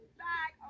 back